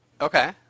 Okay